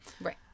Right